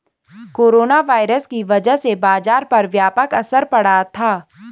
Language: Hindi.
कोरोना वायरस की वजह से बाजार पर व्यापक असर पड़ा था